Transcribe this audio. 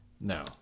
no